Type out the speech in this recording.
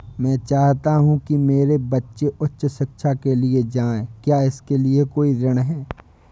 मैं चाहता हूँ कि मेरे बच्चे उच्च शिक्षा के लिए जाएं क्या इसके लिए कोई ऋण है?